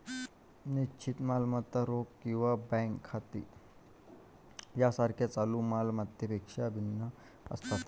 निश्चित मालमत्ता रोख किंवा बँक खाती यासारख्या चालू माल मत्तांपेक्षा भिन्न असतात